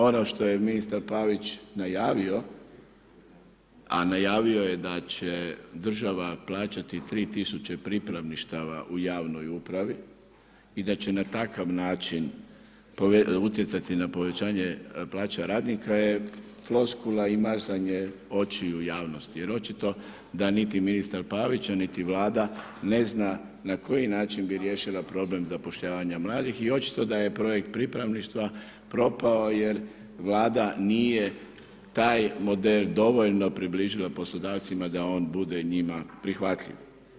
Ono što je ministar Pavić najavio, a najavio je da će država plaćati 3 tisuće pripravništava u javnoj upravi i da će na takav način utjecati na povećanje plaća radnika je floskula i mazanje očiju javnosti jer očito da niti ministar Pavić, a niti Vlada ne zna na koji način bi riješila problem zapošljavanja mladih i očito je da je projekt pripravništva propao jer vlada nije taj model dovoljno približila poslodavcima da on bude njima prihvatljiv.